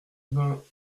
vingt